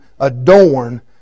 adorn